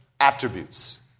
attributes